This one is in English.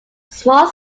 small